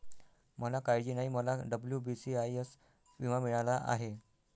मला काळजी नाही, मला डब्ल्यू.बी.सी.आय.एस विमा मिळाला आहे